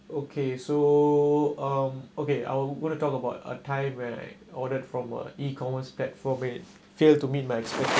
okay so um okay I'll going to talk about a time when I ordered from a E-commerce platform it failed to meet my